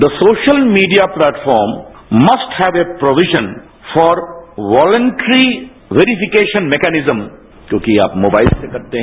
the social media platform must have a provision for voluntary verification mechanism क्यॉकि आप mobile से करते हैं